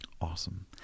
awesome